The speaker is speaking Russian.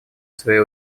своей